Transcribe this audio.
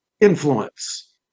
Influence